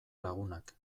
lagunak